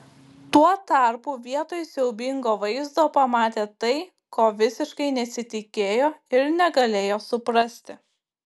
tuo tarpu vietoj siaubingo vaizdo pamatė tai ko visiškai nesitikėjo ir negalėjo suprasti